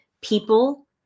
people